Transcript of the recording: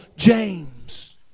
James